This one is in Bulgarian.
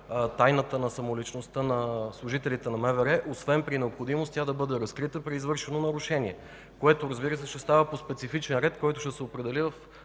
тайната на самоличността на служителите на МВР, освен когато при необходимост тя бива разкрита при извършено нарушение. Това ще става по специфичен ред, който ще се определи в